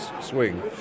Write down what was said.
swing